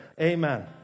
amen